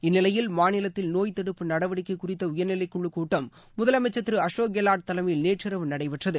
இந்நிலையில் மாநிலத்தில் நோய் தடுப்பு நடவடிக்கைகுறித்தஉயர்நிலைக்குழுகூட்டம் முதலமைச்சர் திருஅசோக் கெலாட் தலைமையில் நேற்று இரவு நடைபெற்றது